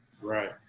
Right